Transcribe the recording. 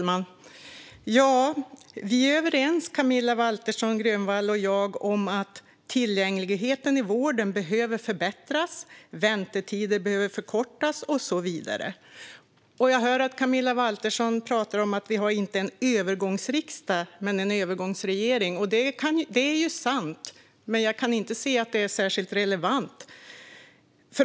Fru talman! Vi är överens, Camilla Waltersson Grönvall och jag, om att tillgängligheten i vården behöver förbättras, väntetider behöver förkortas och så vidare. Jag hör att Camilla Waltersson Grönvall talar om att vi inte har en övergångsriksdag men en övergångsregering. Det är sant, men jag kan inte se att det är särskilt relevant.